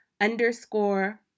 underscore